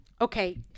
okay